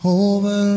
over